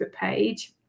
page